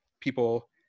people